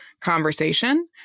conversation